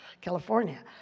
California